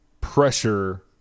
pressure